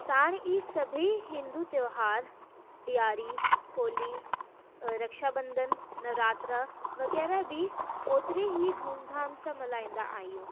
साण ई सभी हिंदु त्योहार ॾियारी होली रक्षाबंधन नवरात्रा वग़ैरह बि ओतिरी ही धूमधाम सां मल्हाईंदा आहियूं